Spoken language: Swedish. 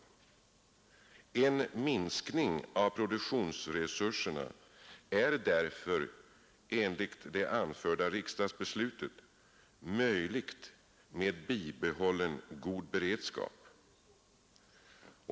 En minskning av produktionsresurserna är därför — enligt det anförda riksdagsbeslutet — möjlig med bibehållen god beredskap.